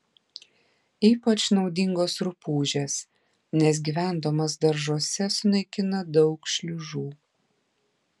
ypač naudingos rupūžės nes gyvendamos daržuose sunaikina daug šliužų